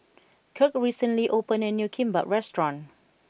Kirk recently opened a new Kimbap restaurant